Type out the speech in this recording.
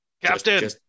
Captain